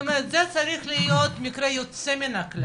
זאת אומרת, זה צריך להיות מקרה יוצא מן הכלל.